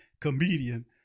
comedian